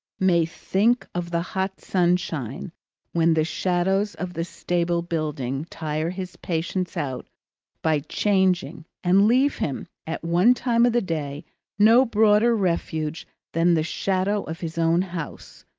may think of the hot sunshine when the shadows of the stable-buildings tire his patience out by changing and leave him at one time of the day no broader refuge than the shadow of his own house,